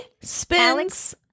spins